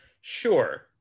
sure